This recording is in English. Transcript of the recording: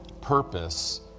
purpose